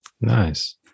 Nice